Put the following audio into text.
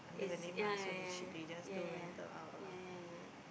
is it yeah yeah yeah yeah yeah yeah yeah yeah yeah